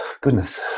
Goodness